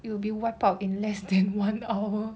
it will be wiped out in less than one hour